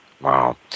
Wow